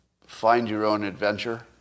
find-your-own-adventure